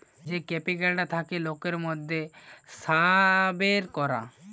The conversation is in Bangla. যেই ক্যাপিটালটা থাকে লোকের মধ্যে সাবের করা